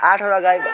आठवटा गाई